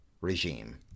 regime